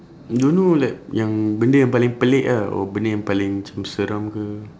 don't know like yang bende yang paling pelik ah or bende yang paling macam seram ke